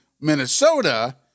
minnesota